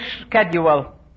schedule